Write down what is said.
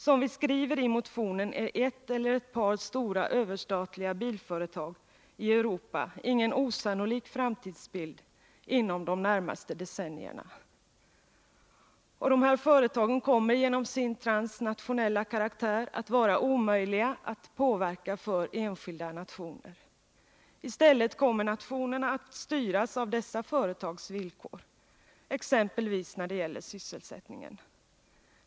Som vi skriver i motionen är ett eller ett par stora överstatliga bilföretag i Europa ingen osannolik framtidsbild inom de närmaste decennierna. Och dessa företag kommer genom sin transnationella karaktär att vara omöjliga att påverka för enskilda nationer. I stället kommer nationerna att styras av dessa företags villkor — exempelvis när det gäller sysselsättningen.